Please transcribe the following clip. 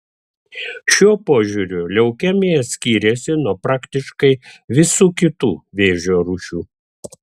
šiuo požiūriu leukemija skyrėsi nuo praktiškai visų kitų vėžio rūšių